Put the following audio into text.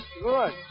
Good